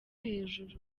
hejuru